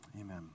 amen